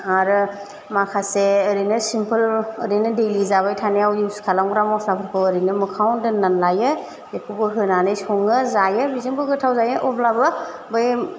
आरो माखासे ओरैनो सिमफोलबो ओरैनो दैलि जाबाय थानायाव इउस खालामग्रा मस्लाफोरखौ ओरैनो मोखाङाव दोननानै लायो बेखौबो होनानै सङो जायो बेजोंबो गोथाव जायो अब्लाबो